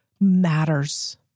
matters